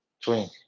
Twin